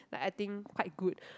like I think quite good